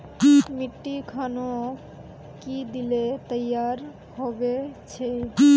मिट्टी खानोक की दिले तैयार होबे छै?